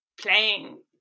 playing